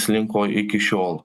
slinko iki šiol